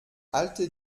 alte